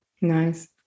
Nice